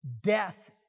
death